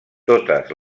totes